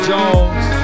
Jones